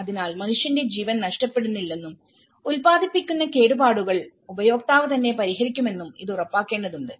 അതിനാൽ മനുഷ്യന്റെ ജീവൻ നഷ്ടപ്പെടുന്നില്ലെന്നും ഉൽപ്പാദിപ്പിക്കുന്ന കേടുപാടുകൾ ഉപയോക്താവ് തന്നെ പരിഹരിക്കുമെന്നും ഇത് ഉറപ്പാക്കേണ്ടതുണ്ട്